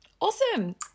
Awesome